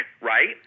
right